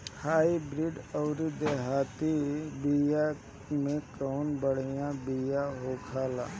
Hybrid अउर देहाती बिया मे कउन बढ़िया बिया होखेला?